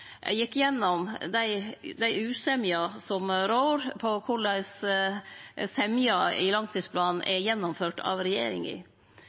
gjekk igjennom dei usemjene som rår om korleis semja i langtidsplanen er gjennomført av regjeringa.